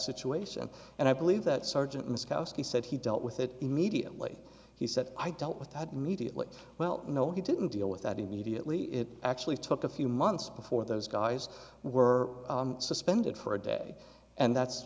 situation and i believe that sergeant miscast he said he dealt with it immediately he said i dealt with that mediately well no he didn't deal with that immediately it actually took a few months before those guys were suspended for a day and that's